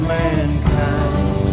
mankind